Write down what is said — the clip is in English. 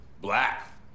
Black